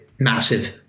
massive